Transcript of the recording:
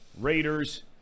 Raiders